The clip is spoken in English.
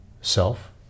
self